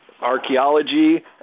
archaeology